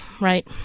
right